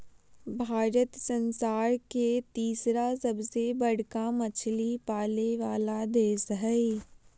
भारत संसार के तिसरा सबसे बडका मछली पाले वाला देश हइ